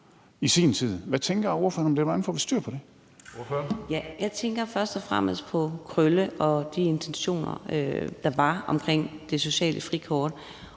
Hønge): Ordføreren. Kl. 15:25 Karina Adsbøl (DD): Jeg tænker først og fremmest på Krølle og de intentioner, der var omkring det sociale frikort,